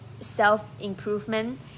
self-improvement